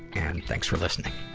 and thanks for listening.